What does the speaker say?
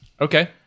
Okay